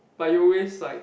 but you always like